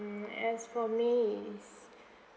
as for me is